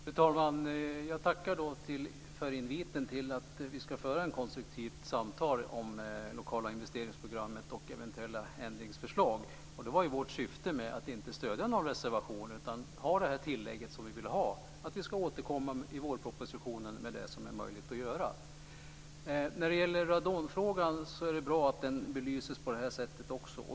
Fru talman! Jag tackar för inviten att föra ett konstruktivt samtal om de lokala investeringsprogrammen och eventuella ändringsförslag. Det var vårt syfte med att inte stödja någon reservation utan göra det här tillägget om att vi ska återkomma i vårpropositionen med det som är möjligt att genomföra. Det är bra att radonfrågan belyses på det här sättet också.